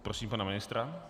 Prosím pana ministra.